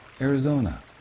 arizona